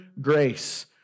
grace